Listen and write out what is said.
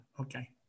Okay